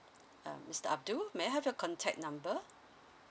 uh mister abdul may I have your contact number